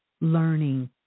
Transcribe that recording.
learning